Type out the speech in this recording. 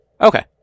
Okay